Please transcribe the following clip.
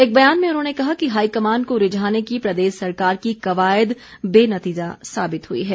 एक बयान में उन्होंने कहा कि हाईकमान को रिझाने की प्रदेश सरकार की कवायद बेनतीजा साबित हुई है